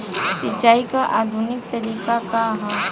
सिंचाई क आधुनिक तरीका का ह?